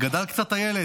גדל קצת הילד?